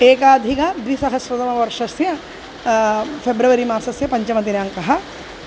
एकाधिक द्विसहस्रतमवर्षस्य फ़ेब्रवरि मासस्य पञ्चमदिनाङ्कः